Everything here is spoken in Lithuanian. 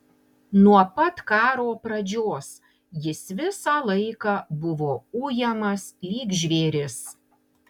nuo pat karo pradžios jis visą laiką buvo ujamas lyg žvėris